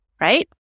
right